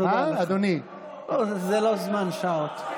זה לא זמן לשאלות.